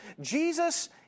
Jesus